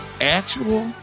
actual